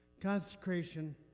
Consecration